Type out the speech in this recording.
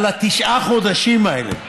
על תשעה החודשים האלה.